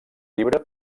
llibre